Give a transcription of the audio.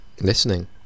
Listening